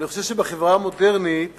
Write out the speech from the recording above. אני חושב שבחברה המודרנית